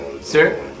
Sir